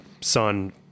son